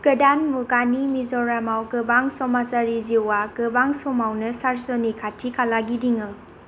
गोदान मुगानि मिज'रामाव गोबां समाजारि जिउआ गोबां समावनो चार्च'नि खाथि खाला गिदिङो